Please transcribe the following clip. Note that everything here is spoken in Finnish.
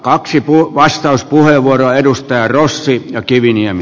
kaksi vastauspuheenvuoroa edustajat rossi ja kiviniemi